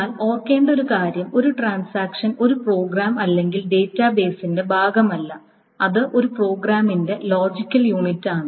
എന്നാൽ ഓർക്കേണ്ട ഒരു കാര്യം ഒരു ട്രാൻസാക്ഷൻ ഒരു പ്രോഗ്രാം അല്ലെങ്കിൽ ഡാറ്റാബേസിന്റെ ഭാഗമല്ല അത് ഒരു പ്രോഗ്രാമിന്റെ ലോജിക്കൽ യൂണിറ്റാണ്